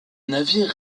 navires